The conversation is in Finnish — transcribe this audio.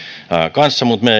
kanssa mutta